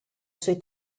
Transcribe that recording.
sui